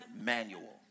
manual